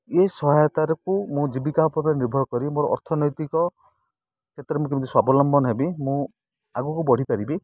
ଏ ସହାୟତାରୁକୁ ମୁଁ ଜୀବିକା ଉପରେ ନିର୍ଭର କରି ମୋର ଅର୍ଥନୈତିକ କ୍ଷେତ୍ରରେ ମୁଁ କେମିତି ସ୍ୱାବଲମ୍ବନ ହେବି ମୁଁ ଆଗକୁ ବଢ଼ିପାରିବି